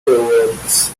proverbs